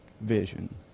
vision